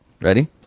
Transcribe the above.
Ready